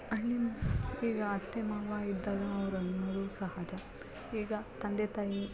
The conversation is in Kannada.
ಅಲ್ಲಿ ಈಗ ಅತ್ತೆ ಮಾವ ಇದ್ದಾಗ ಅವರು ಅನ್ನೋದು ಸಹಜ ಈಗ ತಂದೆ ತಾಯಿ